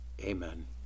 Amen